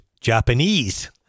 Japanese